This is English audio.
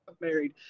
married